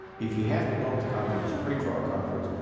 if you have to bump the conference pretrial conference,